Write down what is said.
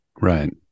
Right